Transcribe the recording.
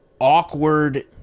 awkward